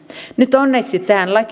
nyt onneksi tähän